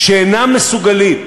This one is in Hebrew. שאינם מסוגלים,